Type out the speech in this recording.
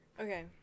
Okay